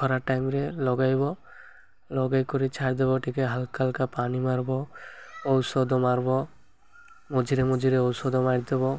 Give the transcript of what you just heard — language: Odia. ଖରା ଟାଇମ୍ରେେ ଲଗାଇବ ଲଗେଇ କରି ଛାଡ଼ିଦେବ ଟିକେ ହାଲ୍କା ହାଲ୍କା ପାଣି ମାର୍ବ ଔଷଧ ମାର୍ବ ମଝିରେ ମଝିରେ ଔଷଧ ମାରିଦେବ